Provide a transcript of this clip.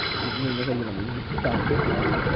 इयां इ'यां करियै मतलब कि टाइम कड्ढे दा ऐ